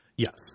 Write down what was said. Yes